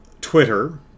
Twitter